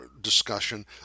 discussion